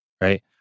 right